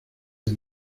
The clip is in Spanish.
del